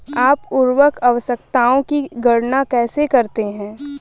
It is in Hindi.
आप उर्वरक आवश्यकताओं की गणना कैसे करते हैं?